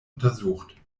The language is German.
untersucht